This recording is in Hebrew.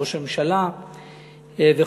ראש הממשלה וכו'.